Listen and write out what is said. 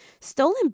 stolen